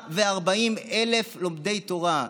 140,000 לומדי תורה.